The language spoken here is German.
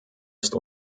ist